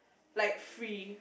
like free